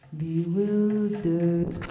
bewildered